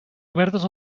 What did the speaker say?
obertes